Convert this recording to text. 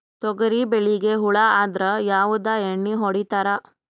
ತೊಗರಿಬೇಳಿಗಿ ಹುಳ ಆದರ ಯಾವದ ಎಣ್ಣಿ ಹೊಡಿತ್ತಾರ?